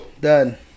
done